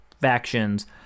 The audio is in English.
factions